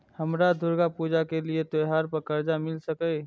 हमरा दुर्गा पूजा के लिए त्योहार पर कर्जा मिल सकय?